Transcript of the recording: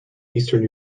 eastern